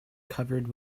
covered